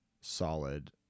solid